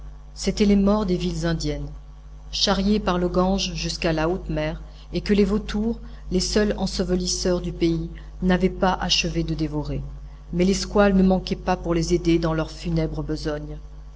c'étaient les morts des villes indiennes charriés par le gange jusqu'à la haute mer et que les vautours les seuls ensevelisseurs du pays n'avaient pas achevé de dévorer mais les squales ne manquaient pas pour les aider dans leur funèbre besogne